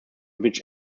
which